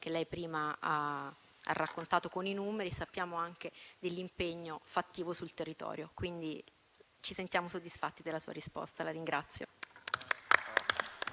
che lei prima ha raccontato con i numeri, e sappiamo anche dell'impegno fattivo sul territorio, quindi ci sentiamo soddisfatti della sua risposta, di cui la ringrazio.